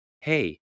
hey